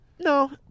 No